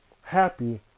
happy